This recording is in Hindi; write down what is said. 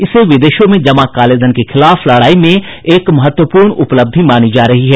इसे विदेशों में जमा कालेधन के खिलाफ लड़ाई में एक महत्वपूर्ण उपलब्धि मानी जा रही है